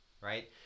right